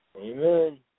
Amen